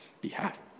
behalf